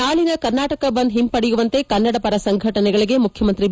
ನಾಳಿನ ಕರ್ನಾಟಕ ಬಂದ್ ಹಿಂಪಡೆಯಲು ಕನ್ನಡಪರ ಸಂಘಟನೆಗಳಿಗೆ ಮುಖ್ಯಮಂತ್ರಿ ಬಿ